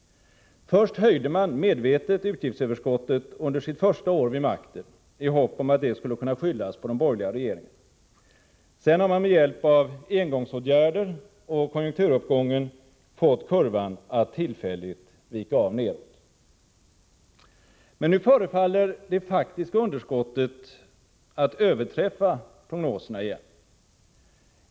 Först höjde man medvetet utgiftsöverskottet under det första året vid makten, i hopp om att det hela skulle kunna skyllas på de borgerliga regeringarna. Sedan har man med hjälp av engångsåtgärder och med hjälp av konjunkturuppgången fått kurvan att tillfälligt vika av nedåt. Men nu förefaller det faktiska underskottet att överträffa prognoserna igen.